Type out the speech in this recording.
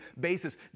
basis